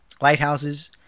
lighthouses